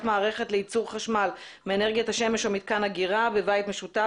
מערכת לייצור חשמל מאנרגית השמש או מתקן אגירה בבית משותף),